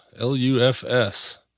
L-U-F-S